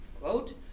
Quote